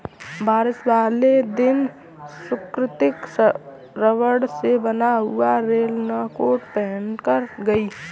बारिश वाले दिन सुकृति रबड़ से बना हुआ रेनकोट पहनकर गई